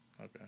Okay